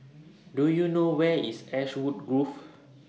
Do YOU know Where IS Ashwood Grove